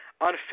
On